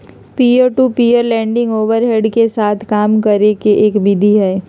peer to peer lending overhead के साथ काम करे के एक विधि हई